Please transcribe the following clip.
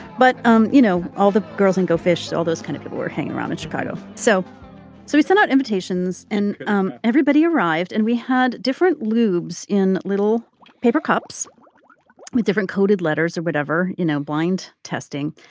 but um you know all the girls and go fish, all those kind of people were hanging around in chicago so, so we sent out invitations and um everybody arrived and we had different lubes in little paper cups with different coded letters or whatever, you know blind testing.